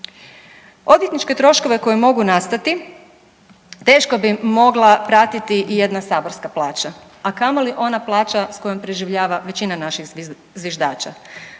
Odvjetničke troškove koji mogu nastati teško bi mogla pratiti i jedna saborska plaća,a kamoli ona plaća s kojom preživljava većina naših zviždača.